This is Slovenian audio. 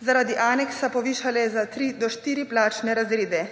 zaradi aneksa povišale za 3 do 4 plačne razrede.